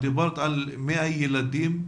דיברת על 100 ילדים.